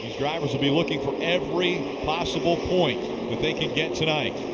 drivers will be looking for every possible point that they can get tonight.